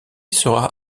sera